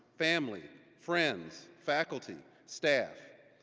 family, friends, faculty, staff.